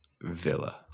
Villa